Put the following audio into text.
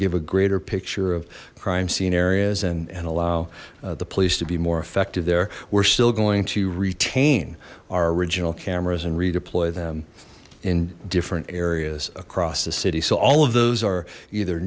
give a greater picture of crime scene areas and allow the police to be more effective there we're still going to retain our original cameras and redeploy them in different areas across the city so all of those are